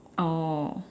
oh